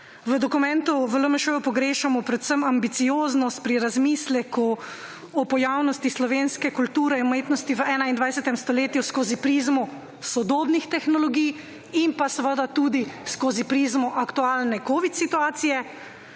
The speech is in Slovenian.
v dokumentu v LMŠ pogrešamo predvsem ambicioznost pri razmisleku o pojavnosti slovenske kulture in umetnosti v 21. stoletju skozi prizmo sodobnih tehnologij in pa seveda tudi skozi prizmo aktualne kovid situacije